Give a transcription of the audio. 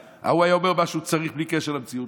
ההוא היה אומר מה שהוא צריך בלי קשר למציאות.